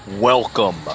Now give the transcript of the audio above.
Welcome